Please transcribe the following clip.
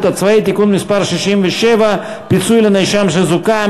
השיפוט הצבאי (תיקון מס' 67) (פיצוי לנאשם שזוכה).